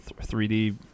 3D